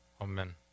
Amen